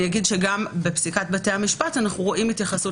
גם בפסיקת בתי המשפט אנו רואים התייחסות